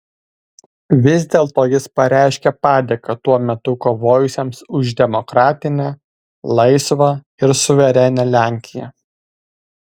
vis dėlto jis pareiškė padėką tuo metu kovojusiems už demokratinę laisvą ir suverenią lenkiją